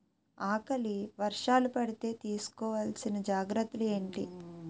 ఆకలి వర్షాలు పడితే తీస్కో వలసిన జాగ్రత్తలు ఏంటి?